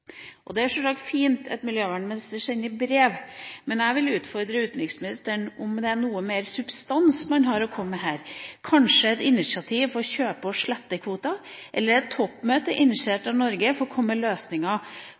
Det er sjølsagt fint at miljøvernministeren sender brev, men jeg vil utfordre utenriksministeren på om han har noe mer substans å komme med her – kanskje et initiativ for å kjøpe og slette kvoter, eller et toppmøte initiert av Norge for å komme med løsninger